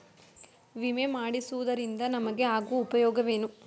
ವಿಮೆ ಮಾಡಿಸುವುದರಿಂದ ನಮಗೆ ಆಗುವ ಉಪಯೋಗವೇನು?